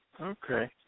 okay